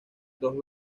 dos